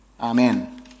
Amen